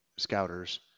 scouters